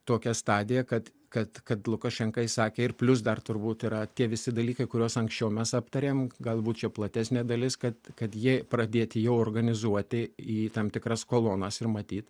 tokią stadiją kad kad kad lukašenka įsakė ir plius dar turbūt yra tie visi dalykai kuriuos anksčiau mes aptarėm galbūt čia platesnė dalis kad kad jie pradėti jau organizuoti į tam tikras kolonas ir matyt